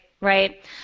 Right